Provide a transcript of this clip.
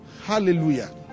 Hallelujah